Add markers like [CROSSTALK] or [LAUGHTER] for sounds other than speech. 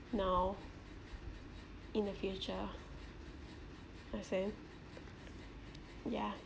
now in the future as in [NOISE] yeah